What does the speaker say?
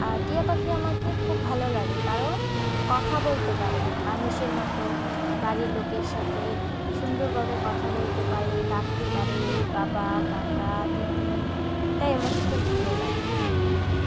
আর টিয়া পাখি আমাকে খুব ভালো লাগে কারণ কথা বলতে পারে মানুষের মতো বাড়ির লোকের সাথে সুন্দরভাবে কথা বলতে পারে ডাকতে পারে বাবা কাকা দিদি তাই আমার খুব ভালো লাগে